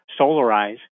Solarize